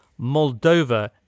Moldova